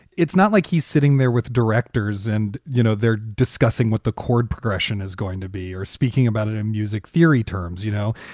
it's not like he's sitting there with directors directors and, you know, they're discussing what the chord progression is going to be or speaking about it in music theory terms. you know,